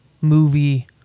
movie